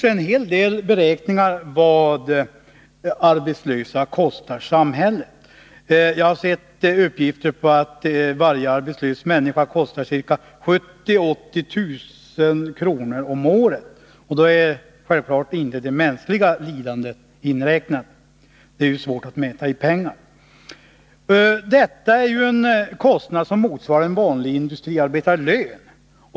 Det har gjorts beräkningar över vad arbetslösa kostar samhället. Jag har sett uppgifter om att varje arbetslös människa kostar 70 000-80 000 om året. Då är självfallet inte det mänskliga lidandet inräknat — det är ju svårt att mäta i pengar. Det här är en kostnad som motsvarar en vanlig industriarbetarlön.